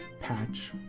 patch